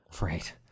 Right